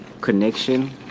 connection